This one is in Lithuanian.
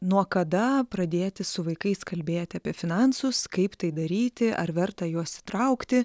nuo kada pradėti su vaikais kalbėti apie finansus kaip tai daryti ar verta juos įtraukti